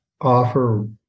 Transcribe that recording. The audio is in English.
offer